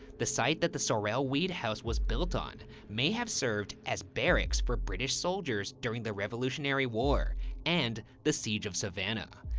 the site that the sorrel-weed house was built on may have served as barracks for british soldiers during the revolutionary war and the siege of savannah.